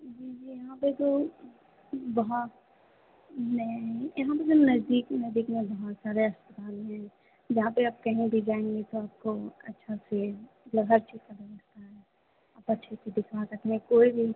जी जी यहाँ पर तो वहाँ नहीं यहाँ पर तो नजदीक नजदीक में बहुत सारे अस्पताल हैं यहाँ पर आप कहीं भी जाएँगे तो आपको अच्छा से मतलब हर चीज का व्यवस्था है आप अच्छे से दिखा सकने कोई भी